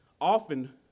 Often